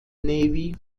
navy